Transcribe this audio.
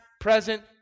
present